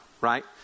right